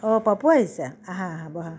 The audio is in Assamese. অঁ পাপু আহিছা আহা আহা বহা